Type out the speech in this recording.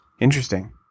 Interesting